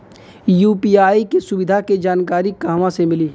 UPI के सुविधा के जानकारी कहवा से मिली?